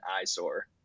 eyesore